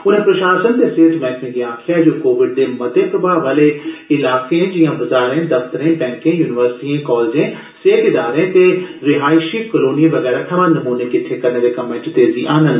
उनें प्रशासन ते सेहत मैहकमे गी आखेआ जे ओह कोविड दे मते प्रभाव आहले इलाकें जिआं बजारें दफ्तरें बैंकें य्निवर्सिटिएं कालेजें सेहत इदारें ते रिहायशी कलोनिएं वगैरा थमां नमूने किट्ठे करने दे कम्मै च तेजी आहनन